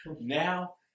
Now